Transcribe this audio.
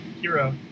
hero